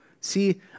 See